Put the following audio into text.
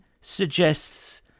suggests